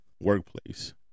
workplace